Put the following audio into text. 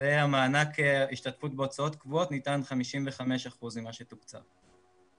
ומענק השתתפות בהוצאות קבועות ניתן 55% ממה שתוקצב.